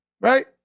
right